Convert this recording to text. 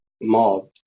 mob